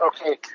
Okay